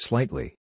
Slightly